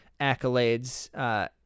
accolades